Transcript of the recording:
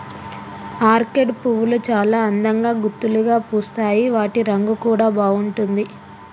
orchid పువ్వులు చాల అందంగా గుత్తులుగా పూస్తాయి వాటి రంగు కూడా బాగుంటుంది